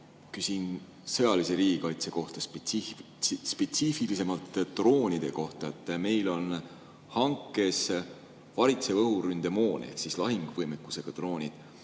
Küsin sõjalise riigikaitse kohta, spetsiifilisemalt droonide kohta. Meil on hankes varitsev õhuründemoon ehk lahinguvõimekusega droonid.